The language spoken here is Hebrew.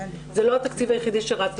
זה לא התקציב היחידי שרץ,